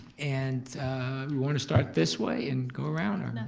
and we wanna start this way and go around?